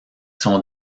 son